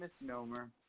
misnomer